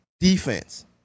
Defense